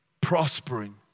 prospering